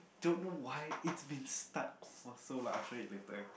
don't know why it's been stuck for so like I'll show it later